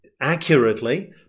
accurately